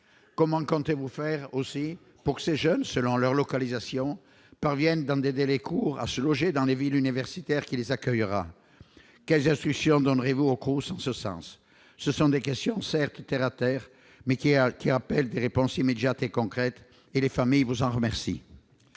comment comptez-vous faire aussi pour ces jeunes, selon leur localisation parviennent dans des délais courts à se loger dans les villes universitaires qui les accueillera quelles instructions donnerez-vous au cross en ce sens, ce sont des questions certes terre-à-terre mais qui, hier, qui appelle des réponses immédiates et concrètes et les familles vous en remercie.